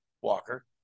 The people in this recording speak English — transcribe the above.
Walker